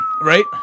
Right